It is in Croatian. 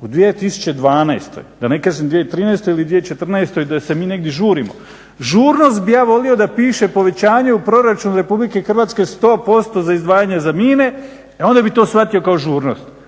u 2012.da ne kažem 2013.ili 2014. da se mi negdje žurimo. Žurnost bi ja volio da piše povećanje u proračunu RH 100% za izdvajanje za mine i onda bih to shvatio kao žurnost.